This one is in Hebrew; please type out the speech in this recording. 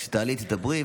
כשתעלי, תדברי.